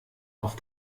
auf